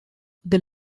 this